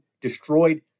destroyed